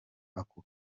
ako